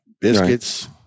biscuits